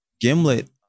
Gimlet